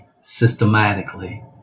systematically